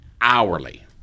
hourly